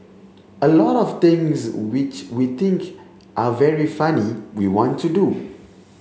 a lot of things which we think are very funny we want to do